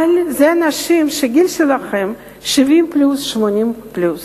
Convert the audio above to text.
אבל אלה אנשים שהגיל שלהם הוא 70 פלוס, 80 פלוס.